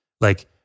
Like-